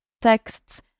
texts